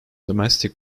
domestic